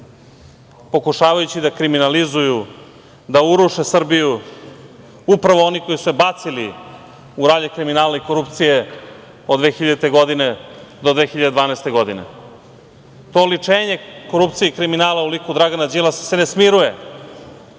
pokušavajući da kriminalizuju, da uruše Srbiju upravo oni koji su je bacili u ralje kriminala i korupcije od 2000. godine do 2012. godine. To oličenje korupcije i kriminala u liku Dragana Đilasa se ne smiruje